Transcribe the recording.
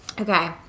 Okay